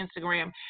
Instagram